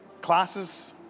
Classes